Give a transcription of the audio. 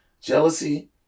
Jealousy